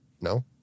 No